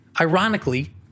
Ironically